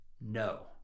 No